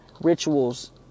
rituals